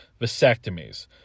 vasectomies